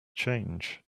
change